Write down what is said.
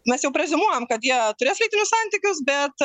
mes jau preziumuojam kad jie turės lytinius santykius bet